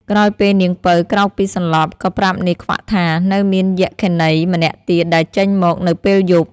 ក្រោយពេលនាងពៅក្រោកពីសន្លប់ ក៏ប្រាប់នាយខ្វាក់ថា នៅមានយក្ខិនីម្នាក់ទៀតដែលចេញមកនៅពេលយប់។